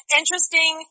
interesting